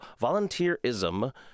volunteerism